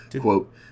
quote